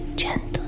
gently